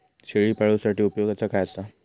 शेळीपाळूसाठी उपयोगाचा काय असा?